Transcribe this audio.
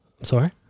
Sorry